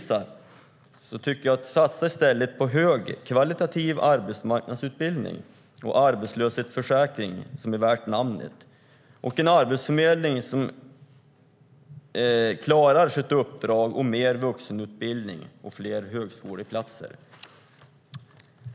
Satsa i stället på högkvalitativ arbetsmarknadsutbildning, en arbetslöshetsförsäkring värd namnet, en arbetsförmedling som klarar sitt uppdrag, mer vuxenutbildning och fler högskoleplatser.